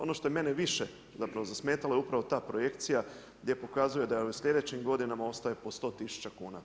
Ono što mene je više zapravo zasmetalo je upravo ta projekcija gdje pokazuje da u slijedećim godinama ostaje po 100 000 kuna.